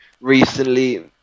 recently